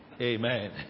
Amen